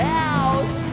house